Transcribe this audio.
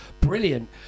brilliant